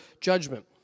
judgment